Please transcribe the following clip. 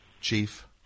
Chief